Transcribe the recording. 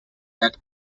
that